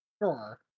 Sure